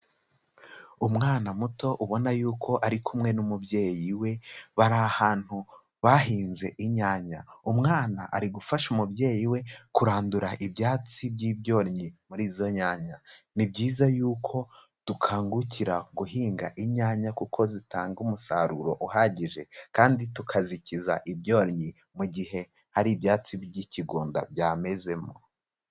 Umwana muto ubona y'uko ari kumwe n'umubyeyi we, bari ahantu bahinze inyanya. Umwana ari gufasha umubyeyi we kurandura ibyatsi by'ibyonnyi muri izo nyanya. Ni byiza y'uko dukangukira guhinga inyanya kuko zitanga umusaruro uhagije, kandi tukazikiza ibyonnyi mu gihe hari ibyatsi by'ikigunda byamezemo.